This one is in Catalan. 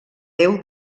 déu